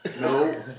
No